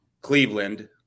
Cleveland